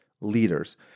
leaders